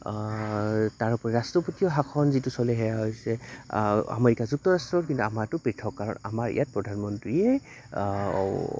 তাৰ ওপৰি ৰাষ্ট্ৰপতি শাসন যিটো চলে সেয়া হৈছে আমেৰিকা যুক্তৰাষ্ট্ৰ কিন্তু আমাৰতো পৃথক কাৰণ আমাৰ ইয়াত প্ৰধানমন্ত্ৰীয়ে